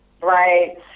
Right